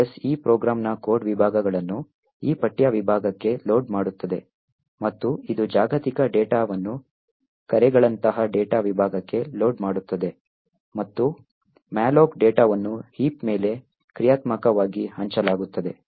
OS ಈ ಪ್ರೋಗ್ರಾಂನ code ವಿಭಾಗಗಳನ್ನು ಈ ಪಠ್ಯ ವಿಭಾಗಕ್ಕೆ ಲೋಡ್ ಮಾಡುತ್ತದೆ ಮತ್ತು ಇದು ಜಾಗತಿಕ ಡೇಟಾವನ್ನು ಕರೆಗಳಂತಹ ಡೇಟಾ ವಿಭಾಗಕ್ಕೆ ಲೋಡ್ ಮಾಡುತ್ತದೆ ಮತ್ತು malloc ಡೇಟಾವನ್ನು ಹೆಪ್ ಮೇಲೆ ಕ್ರಿಯಾತ್ಮಕವಾಗಿ ಹಂಚಲಾಗುತ್ತದೆ